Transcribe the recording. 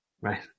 Right